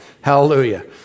Hallelujah